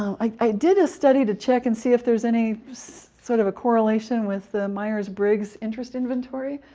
i did a study to check and see if there's any sort of a correlation with the myers-briggs interest inventory,